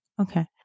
Okay